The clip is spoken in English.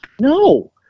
No